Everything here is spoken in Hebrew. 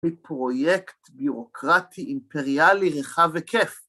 בפרויקט בירוקרטי אימפריאלי רחב היקף.